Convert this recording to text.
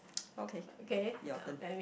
okay your turn